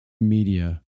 media